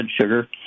sugar